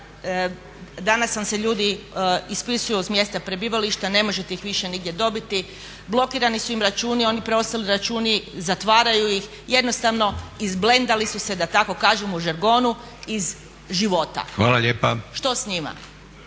danas vam se ljudi ispisuju s mjesta prebivališta, ne možete ih više nigdje dobiti, blokirani su im računi, one preostale račune zatvaraju, jednostavno izblendali su se da tako kažem u žargonu iz života. Što s njima?